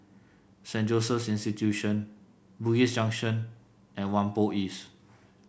Saint Joseph's Institution Bugis Junction and Whampoa East